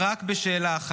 השאלה.